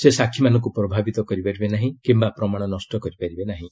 ସେ ସାକ୍ଷୀମାନଙ୍କୁ ପ୍ରଭାବିତ କରିପାରିବେ ନାହିଁ କିମ୍ବା ପ୍ରମାଣ ନଷ୍ଟ କରିପାରିବେ ନାହିଁ